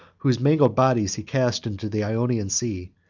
whose mangled bodies he cast into the ionian sea,